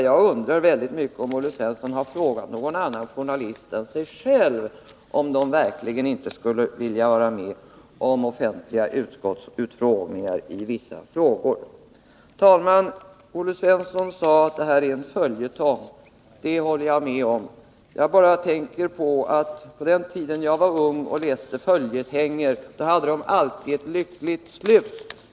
Jag undrar väldigt mycket om Olle Svensson har frågat 14 december 1982 någon annan journalist än sig själv om de verkligen inte skulle vilja vara med om offentliga utskottsutfrågningar i vissa fall. Vissa frågor rö Herr talman! Olle Svensson sade att det här är en följetong. Det håller jag rande riksdagens med om. Jag bara tänker på att på den tid jag var ung och läste följetonger — arbetsformer hade de alltid ett lyckligt slut.